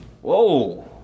Whoa